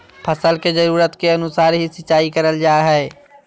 फसल के जरुरत के अनुसार ही सिंचाई करल जा हय